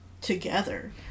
together